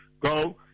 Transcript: Go